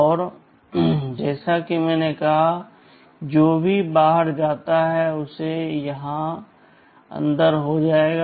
और जैसा कि मैंने कहा कि जो भी बाहर जाता है उसे यहाँ अंदर हो जाएगा